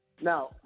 Now